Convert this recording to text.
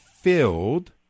filled